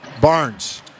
Barnes